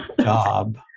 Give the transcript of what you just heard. job